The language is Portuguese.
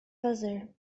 fazer